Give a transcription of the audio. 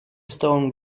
stone